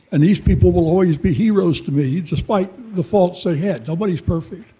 and these people will always be heroes to me, despite the faults they had. nobody's perfect,